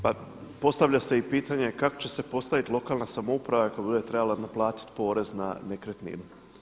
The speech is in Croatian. Pa postavlja se i pitanje kako će se postaviti lokalna samouprava kada bude trebala naplatiti porez na nekretninu.